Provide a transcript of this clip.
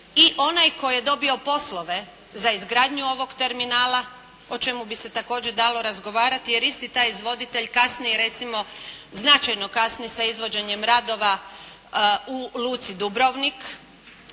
i onaj koji je dobio poslove za izgradnju ovog terminala, o čemu bi se također dalo razgovarati jer isti taj izvoditelj kasnije recimo značajno kasni sa izvođenjem radova u Luci Dubrovnik.